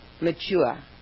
mature